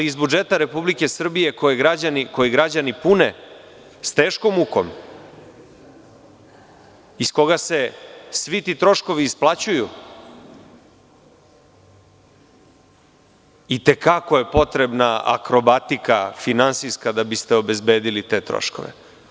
Ali, iz budžeta Republike Srbije, koji građani pune s teškom mukom, iz koga se svi ti troškovi isplaćuju, i te kako je potrebna finansijska akrobatika da biste obezbedili te troškove.